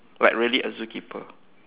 like really a zookeeper